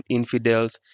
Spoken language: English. infidels